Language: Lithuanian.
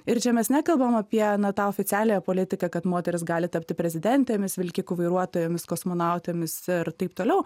ir čia mes nekalbame apie tą oficialiąją politiką kad moterys gali tapti prezidentėmis vilkikų vairuotojomis kosmonautėmis ir taip toliau